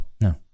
no